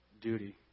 duty